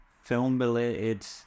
film-related